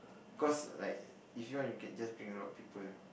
cause like if you want you can just bring a lot of people